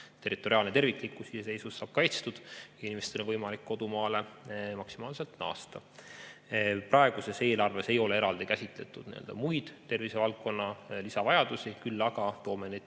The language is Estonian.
territoriaalne terviklikkus ja iseseisvus saab kaitstud ning inimestel on maksimaalselt võimalik kodumaale naasta. Praeguses eelarves ei ole eraldi käsitletud muid tervisevaldkonna lisavajadusi, küll aga toome need